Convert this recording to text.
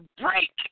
break